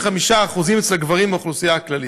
מול 25% מהגברים באוכלוסייה הכללית.